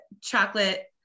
chocolate